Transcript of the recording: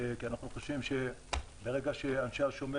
כי אנחנו חושבים שברגע שאנשי השומר